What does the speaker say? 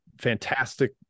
fantastic